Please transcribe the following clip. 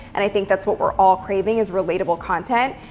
and i think that's what we're all craving is relatable content.